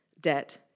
debt